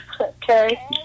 Okay